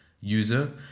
user